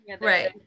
right